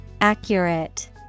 Accurate